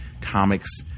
comics